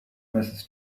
mrs